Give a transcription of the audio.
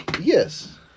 Yes